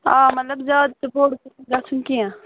آ مطلب زیادٕ تہِ بوٚڈ گوٚژھ نہٕ گژھُن کیٚنٛہہ